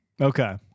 Okay